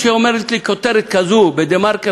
כשאומרת לי כך כותרת כזו ב"דה-מרקר",